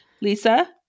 Lisa